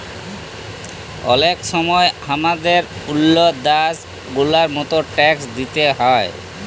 অলেক সময় হামাদের ওল্ল দ্যাশ গুলার মত ট্যাক্স দিতে হ্যয়